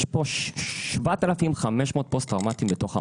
יש פה 7,500 פוסט טראומטיים בתוך המערכת,